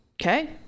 Okay